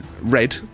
red